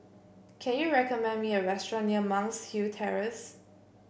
can you recommend me a restaurant near Monk's Hill Terrace